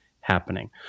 happening